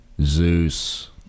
Zeus